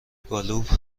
گالوپ